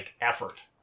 effort